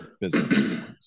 business